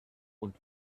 und